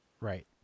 Right